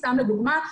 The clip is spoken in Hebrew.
סתם לדוגמה,